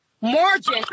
margin